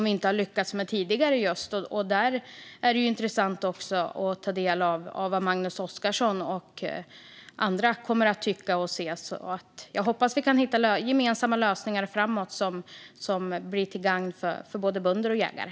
Vi lyckades inte i höstas, men nu blir det intressant att också ta del av vad Magnus Oscarsson och andra tycker. Jag hoppas att vi kan hitta gemensamma lösningar som blir till gagn för både bönder och jägare.